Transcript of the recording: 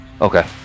Okay